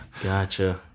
Gotcha